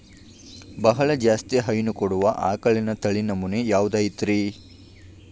ಬಹಳ ಜಾಸ್ತಿ ಹೈನು ಕೊಡುವ ಆಕಳಿನ ತಳಿ ನಮೂನೆ ಯಾವ್ದ ಐತ್ರಿ?